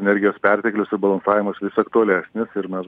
energijos perteklius ir balansavimas vis aktualesnis ir mes